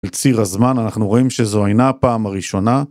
על ציר הזמן אנחנו רואים שזו אינה הפעם הראשונה